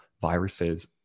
viruses